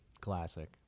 Classic